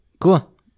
cool